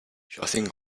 shutting